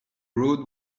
road